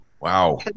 Wow